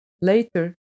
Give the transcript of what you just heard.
Later